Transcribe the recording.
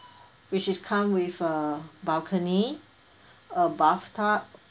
which is come with a balcony a bathtub